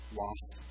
lost